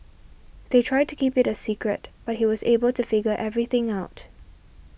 they tried to keep it a secret but he was able to figure everything out